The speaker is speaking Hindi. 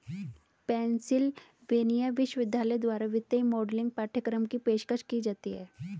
पेन्सिलवेनिया विश्वविद्यालय द्वारा वित्तीय मॉडलिंग पाठ्यक्रम की पेशकश की जाती हैं